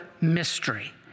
mystery